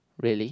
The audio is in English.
really